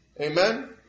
Amen